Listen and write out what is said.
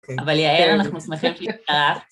אבל יעל אנחנו שמחים שהצטרפת.